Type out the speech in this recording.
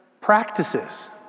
practices